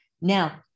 Now